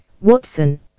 Watson